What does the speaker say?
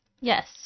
Yes